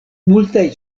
multaj